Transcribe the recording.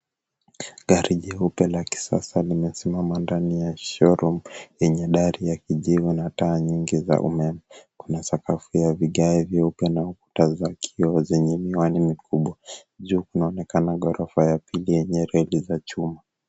Gari jeupe la kisasa limesimama ndani ya show room yenye dari ya kijivu na taa nyingi za umeme. Kuna sakafu ya vigae vyeupe na ukuta za kioo zenye miwani mikubwa. Juu kunaonekana ghorofa yenye redi za chuma.